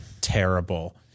terrible